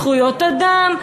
זכויות אדם,